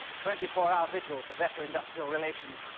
twenty four hour vigil for better industrial relations.